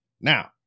Now